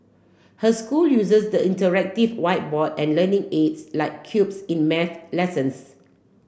her school uses the interactive whiteboard and learning aids like cubes in math lessons